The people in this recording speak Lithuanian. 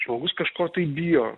žmogus kažko tai bijo